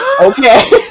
okay